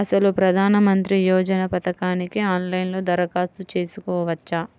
అసలు ప్రధాన మంత్రి యోజన పథకానికి ఆన్లైన్లో దరఖాస్తు చేసుకోవచ్చా?